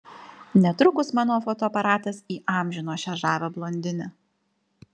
netrukus mano fotoaparatas įamžino šią žavią blondinę